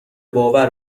باور